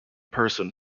person